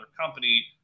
company